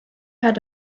had